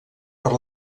per